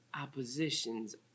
oppositions